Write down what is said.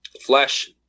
flesh